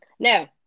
No